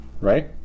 Right